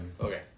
Okay